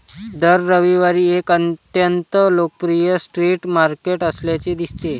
दर रविवारी एक अत्यंत लोकप्रिय स्ट्रीट मार्केट असल्याचे दिसते